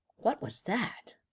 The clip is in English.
what was that?